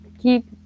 keep